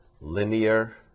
linear